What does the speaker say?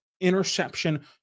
interception